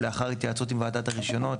ולאחר התייעצות עם ועדת הרישיונות,